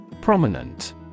Prominent